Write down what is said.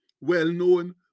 well-known